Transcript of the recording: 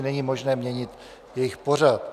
Není možné měnit jejich pořad.